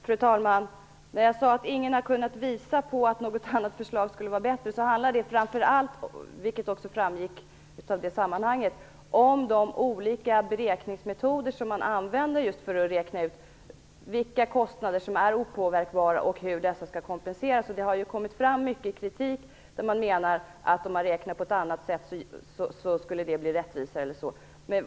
Fru talman! När jag sade att ingen har kunnat visa att något annat förslag skulle vara bättre handlade det framför allt - vilket också framgick av sammanhanget - om de olika beräkningsmetoder som man använder just för att räkna ut vilka kostnader som är opåverkbara och hur dessa skall kompenseras. Det har kommit fram mycket kritik, där det sägs att om man räknar på ett annat sätt skulle det bli rättvisare.